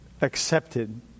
accepted